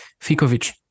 Fikovic